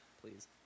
please